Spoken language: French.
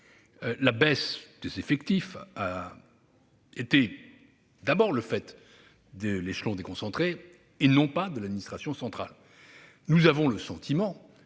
la baisse des effectifs a d'abord été le fait de l'échelon déconcentré, et non de l'administration centrale. Nous avons le sentiment-